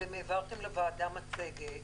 העברתם לוועדה מצגת,